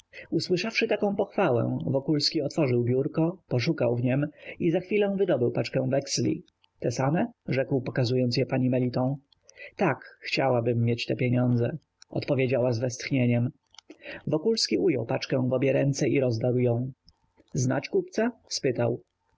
kupca usłyszawszy taką pochwalę wokulski otworzył biurko poszukał w niem i za chwilę wydobył paczkę weksli te same rzekł pokazując je pani meliton tak chciałabym mieć te pieniądze odpowiedziała z westchnieniem wokulski ujął paczkę w obie ręce i rozdarł ją znać kupca